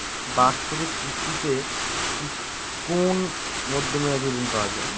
বাৎসরিক কিস্তিতে কি কোন মধ্যমেয়াদি ঋণ পাওয়া যায়?